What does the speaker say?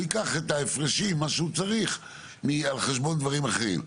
הוא ייקח את ההפרשים את מה שהוא צריך על חשבון דברים אחרים.